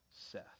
Seth